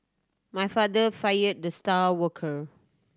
my father fired the star worker